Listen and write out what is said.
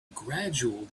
gradual